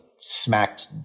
smacked